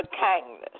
kindness